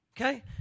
okay